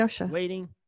Waiting